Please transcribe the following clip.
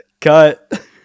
Cut